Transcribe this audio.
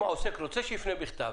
אם העוסק רוצה, שיפנה בכתב.